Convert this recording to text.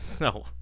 No